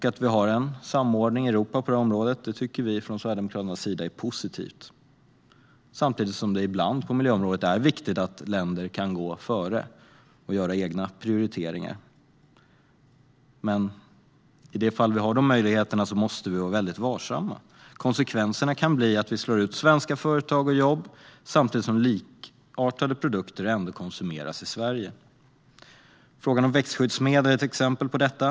Att vi har en samordning i Europa på området tycker vi från Sverigedemokraternas sida är positivt, samtidigt som det ibland på miljöområdet är viktigt att länder kan gå före och göra egna prioriteringar. Men i de fall vi har de möjligheterna måste vi vara väldigt varsamma. Konsekvenserna kan annars bli att vi slår ut svenska företag och jobb, samtidigt som likartade produkter ändå konsumeras i Sverige. Frågan om växtskyddsmedel är ett exempel på detta.